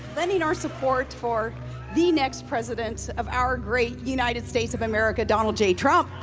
lending our support for the next president of our great united states of america, donald j. trump.